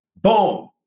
Boom